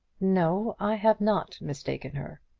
no i have not mistaken her.